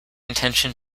intention